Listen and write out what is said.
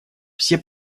все